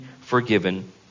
forgiven